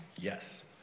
Yes